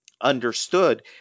understood